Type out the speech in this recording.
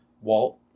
Walt